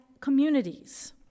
communities